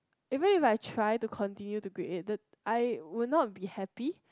even if I try to continue to grade eight I would not be happy